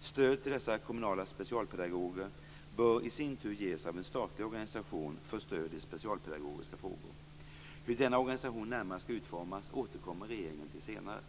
Stöd till dessa kommunala specialpedagoger bör i sin tur ges av en statlig organisation för stöd i specialpedagogiska frågor. Hur denna organisation närmare skall utformas återkommer regeringen till senare.